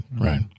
right